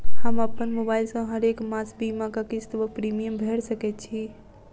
हम अप्पन मोबाइल सँ हरेक मास बीमाक किस्त वा प्रिमियम भैर सकैत छी?